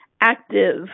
active